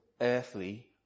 earthly